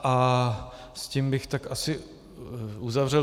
S tím bych tak asi uzavřel.